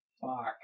Fuck